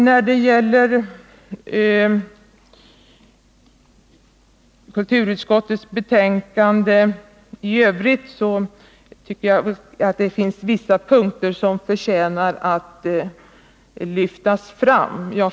När det gäller kulturutskottets betänkande i övrigt anser jag att det finns vissa punkter som förtjänar att lyftas fram.